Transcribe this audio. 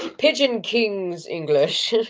ah pigeon king's english.